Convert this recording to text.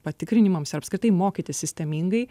patikrinimams ir apskritai mokytis sistemingai